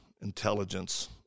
intelligence